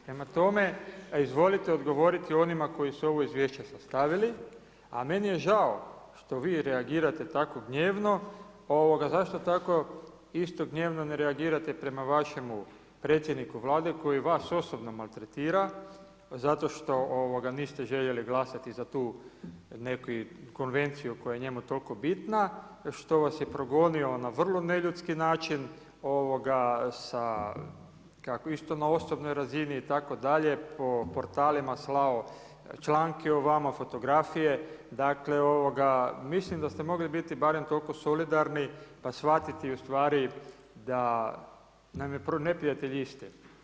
Prema tome, izvolite odgovorite onima koji su ovo Izvješće sastavili, a meni je žao što vi reagirate tako gnjevno, ovoga, zašto tako isto gnjevno ne reagirate prema vašemu predsjedniku Vlade koji vas osobno maltretira zato što niste željeli glasati za tu neku Konvenciju koja je njemu toliko bitna, što vas je progonio na vrlo neljudski način isto kao na osobnoj razini itd., po portalima slao članke o vama, fotografije, dakle, ovoga, mislim da ste mogli biti barem toliko solidarni, pa shvatiti ustvari da je neprijatelj iste.